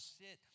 sit